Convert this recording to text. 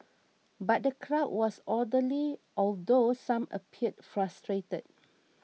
but the crowd was orderly although some appeared frustrated